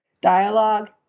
dialogue